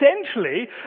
essentially